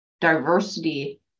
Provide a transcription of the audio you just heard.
diversity